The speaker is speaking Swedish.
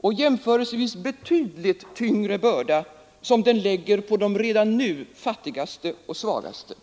och jämförelsevis betydligt tyngre börda som den lägger på de redan nu fattigaste och svagaste.